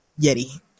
Yeti